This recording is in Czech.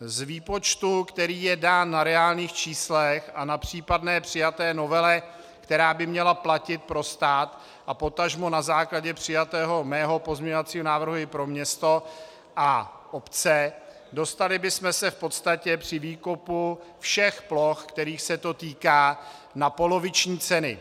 Z výpočtu, který je dán na reálných číslech a na případné přijaté novele, která by měla platit pro stát, a potažmo na základě přijatého mého pozměňovacího návrhu i pro město a obce, dostali bychom se v podstatě při výkupu všech ploch, kterých se to týká, na poloviční ceny.